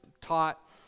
taught